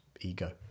ego